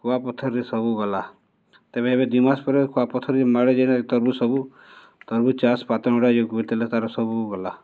କୁଆପଥର୍ରେ ସବୁ ଗଲା ତେବେ ଏବେ ଦି ମାସ ପରେ କୁଆପଥର୍ରେ ଯେନ୍ ମାଡ଼ ଯେନ୍ଟାକି ତର୍ବୁଜ୍ ସବୁ ତର୍ବୁଜ୍ ଚାଷ୍ ପାତଲ୍ଘଟା ଯୋଗେଇ ଥିଲେ ତାର୍ ସବୁ ଗଲା